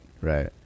right